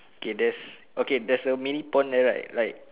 okay that's okay that's a mini pond there right like